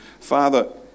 Father